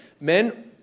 men